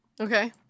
Okay